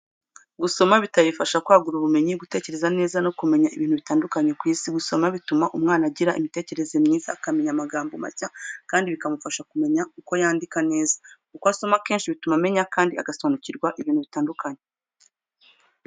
Gusoma ibitabi bifasha kwagura ubumenyi, gutekereza neza, no kumenya ibintu bitandukanye ku isi. Gusoma bituma umwana agira imitekerereze myiza, akamenya amagambo mashya, kandi bikamufasha kumenya uko yandika neza, uko asoma kenshi bituma amenya, kandi agasobanukirwa ibintu bitandukanye.